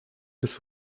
bez